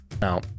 Now